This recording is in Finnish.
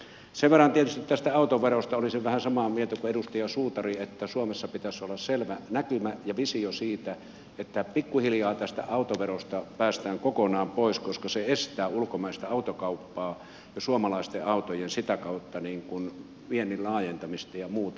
sen verran tietysti tästä autoverosta että olisin vähän samaa mieltä kuin edustaja suutari että suomessa pitäisi olla selvä näkymä ja visio siitä että pikkuhiljaa tästä autoverosta päästään kokonaan pois koska se estää ulkomaista autokauppaa ja sitä kautta suomalaisten autojen viennin laajentamista ja muuta